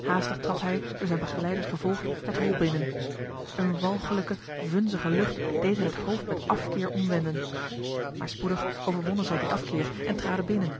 haastig trad hij door zijne begeleiders gevolgd het hol binnen eene walgelijke vunzige lucht deed hen het hoofd met af keer omwenden maar spoedig overwonnen zij dien afkeer en traden binnen